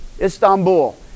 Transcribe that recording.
Istanbul